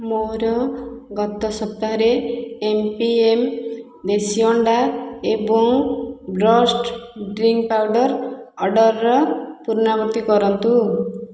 ମୋର ଗତ ସପ୍ତାହର ଏମ୍ ପି ଏମ୍ ଦେଶୀ ଅଣ୍ଡା ଏବଂ ବ୍ରଷ୍ଟ ଡ୍ରିଙ୍କ୍ ପାଉଡ଼ର୍ ଅର୍ଡ଼ର୍ର ପୁନରାବୃତ୍ତି କରନ୍ତୁ